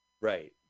right